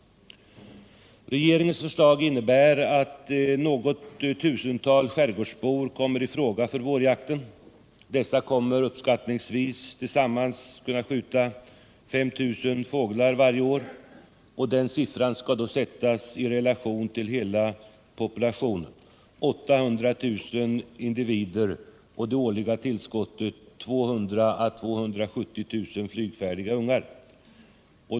Regeringens förslag innebär att något tusental skärgårdsbor kommer i fråga för vårjakt. De kommer uppskattningsvis att tillsammans kunna skjuta 5 000 fåglar varje år. Den siffran skall ställas i relation till hela ejderpopulationen, 800 000 individer, och det årliga tillskottet av 200 000 å 270 000 flygfärdiga ungar.